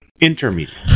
Intermediate